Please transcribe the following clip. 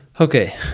Okay